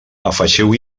afegiu